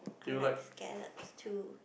I like scallops too